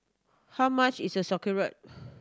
how much is a Sauerkraut